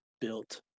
built